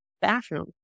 bathroom